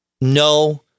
No